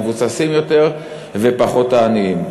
המבוססים יותר, ופחות העניים.